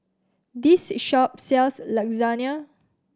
this shop sells Lasagne